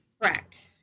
Correct